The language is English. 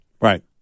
Right